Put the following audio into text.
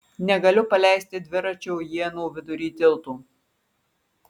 negaliu paleisti dviračio ienų vidury tilto